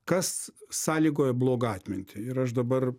kas sąlygoja blogą atmintį ir aš dabar